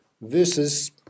versus